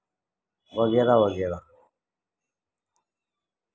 وغیرہ وغیرہ